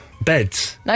Beds